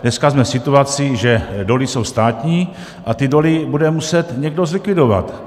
Dneska jsme v situaci, že doly jsou státní a ty doly bude muset někdo zlikvidovat.